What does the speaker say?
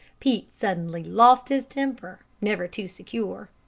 pete suddenly lost his temper, never too secure.